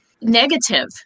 Negative